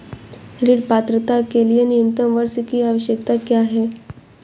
ऋण पात्रता के लिए न्यूनतम वर्ष की आवश्यकता क्या है?